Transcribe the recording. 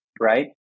right